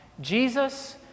Jesus